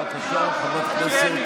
בבקשה, חברת הכנסת.